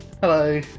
Hello